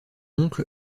oncle